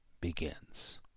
begins